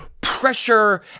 pressure